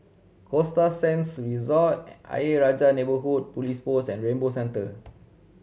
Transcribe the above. Costa Sands Resort Ayer Rajah Neighbourhood Police Post and Rainbow Centre